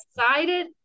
excited